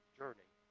journey